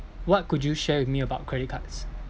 what could you share with me about credit cards